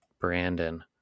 Brandon